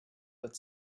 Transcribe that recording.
that